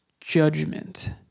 judgment